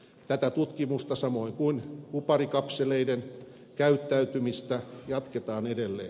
tätä tutkimusta samoin kuin kuparikapseleiden käyttäytymistä jatketaan edelleen